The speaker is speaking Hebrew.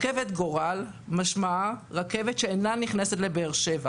רכבת גורל משמעותה רכבת שאינה נכנסת לבאר שבע.